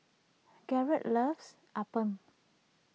Garrett loves Appam